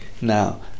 Now